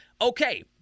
Okay